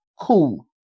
cool